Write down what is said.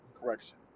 correction